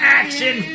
action